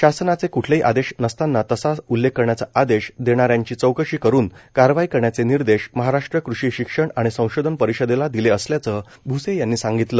शासनाचे क्ठलेही आदेश नसताना तसा उल्लेख करण्याचा आदेश देणाऱ्यांची चौकशी करून कारवाई करण्याचे निर्देश महाराष्ट्र कृषि शिक्षण आणि संशोधन परिषदेला दिले असल्याचं भ्से यांनी सांगितलं